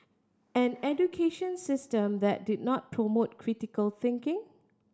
an education system that did not promote critical thinking